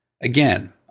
Again